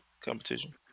competition